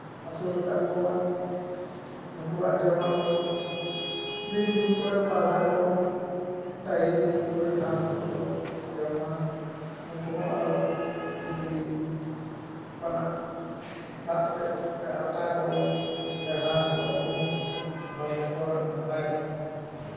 ᱟᱹᱥᱩᱞ ᱟᱠᱟᱫ ᱠᱚᱣᱟ ᱱᱩᱠᱩᱣᱟᱜ ᱡᱚᱢᱟᱜ ᱫᱚ ᱵᱤᱨᱼᱵᱩᱨᱩ ᱠᱚᱨᱮᱫ ᱯᱟᱞᱦᱟ ᱠᱚ ᱰᱟᱹᱦᱤ ᱰᱩᱝᱨᱤ ᱠᱚᱨᱮᱫ ᱜᱷᱟᱸᱥ ᱠᱚᱠᱚ ᱡᱚᱢᱟ ᱱᱩᱠᱩ ᱦᱚᱸ ᱟᱨᱚ ᱡᱩᱫᱤ ᱚᱱᱠᱟᱱᱟᱜ ᱫᱟᱜ ᱛᱮᱫ ᱨᱮ ᱟᱴᱟ ᱠᱚᱵᱚᱱ ᱞᱮᱣᱦᱟ ᱟᱠᱚᱣᱟ ᱩᱱᱠᱩ ᱦᱚᱸ ᱦᱚᱲᱢᱚ ᱠᱚᱨᱮᱫ ᱱᱟᱯᱟᱭ